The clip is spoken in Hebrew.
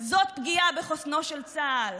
זאת פגיעה בחוסנו של צה"ל.